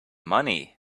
money